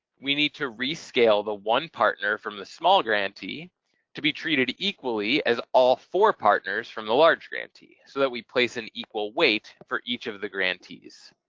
we need to rescale the one partner from the small grantee to be treated equally as all four partners from the large grantee so that we place an equal weight for each of the grantees.